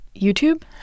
YouTube